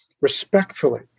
respectfully